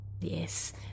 Yes